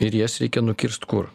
ir jas reikia nukirst kur